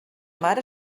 mare